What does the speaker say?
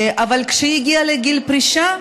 אבל כאשר היא הגיעה לגיל פרישה,